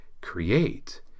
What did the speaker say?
create